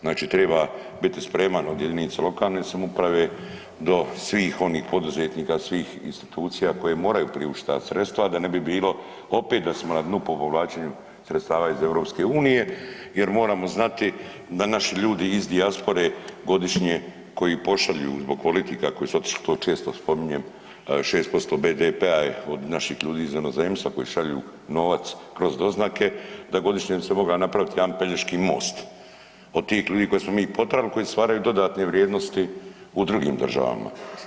Znači treba biti sprema jedinica lokalne samouprave do svih onih poduzetnika, svih institucija koje moraju privući ta sredstva da ne bi bilo opet da smo na dnu po povlačenju sredstava iz EU jer moramo znati da naši ljudi iz dijaspore godišnje koji pošalju zbog politika koji su otišli to često spominjem 6% BDP-a je od naših ljudi iz inozemstva koji šalju novac kroz doznake, da godišnje bi se mogla napraviti jedan Pelješki most od tih ljudi koje smo mi potirali koji stvaraju dodatne vrijednosti u drugim državama.